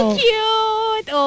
cute